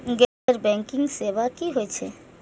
गैर बैंकिंग सेवा की होय छेय?